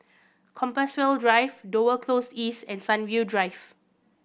Compassvale Drive Dover Close East and Sunview Drive